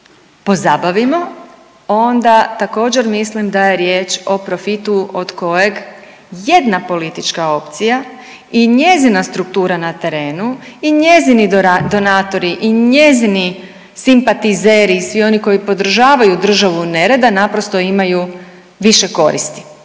pozabavimo, onda također mislim da je riječ o profitu od kojeg jedna politička opcija i njezina struktura na terenu i njezini donatori i njezini simpatizeri i svi oni koji podržavaju državu nereda naprosto imaju više koristi